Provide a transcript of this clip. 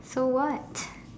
so what